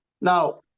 Now